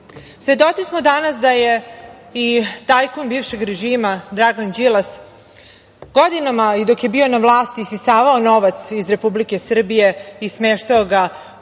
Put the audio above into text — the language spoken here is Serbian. radili. Svedoci smo danas da je i tajkun bivšeg režima, Dragan Đilas godinama i dok je bio na vlasti isisavao novac iz Republike Srbije i smeštao ga u